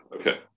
Okay